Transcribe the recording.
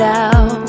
out